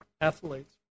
athletes